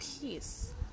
peace